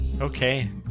Okay